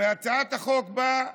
הרי הצעת החוק באה,